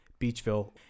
Beachville